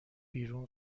بیرون